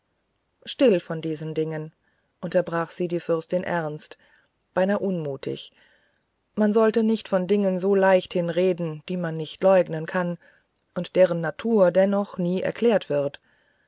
still von diesen dingen unterbrach sie die fürstin ernst beinahe unmutig man sollte nicht von dingen so leichthin reden die man nicht leugnen kann und deren natur dennoch nie erklärt wird